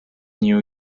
new